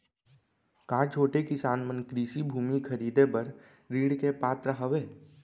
का छोटे किसान मन कृषि भूमि खरीदे बर ऋण के पात्र हवे?